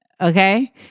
Okay